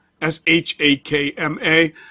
S-H-A-K-M-A